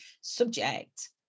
subject